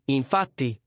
infatti